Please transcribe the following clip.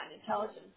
intelligence